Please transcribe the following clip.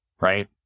right